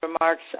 remarks